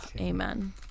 Amen